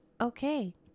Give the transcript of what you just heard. okay